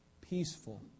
Peaceful